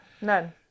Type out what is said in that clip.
None